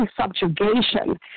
subjugation